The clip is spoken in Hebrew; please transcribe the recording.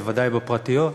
בוודאי הפרטיות,